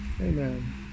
Amen